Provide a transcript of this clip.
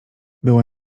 były